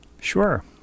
Sure